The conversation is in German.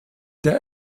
der